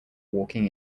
walking